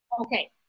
Okay